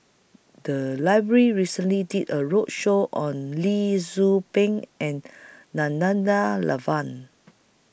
The Library recently did A roadshow on Lee Tzu Pheng and Nana DA La Van